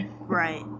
Right